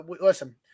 listen